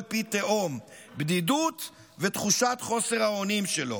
פי תהום: בדידות ותחושת חוסר האונים שלו",